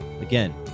again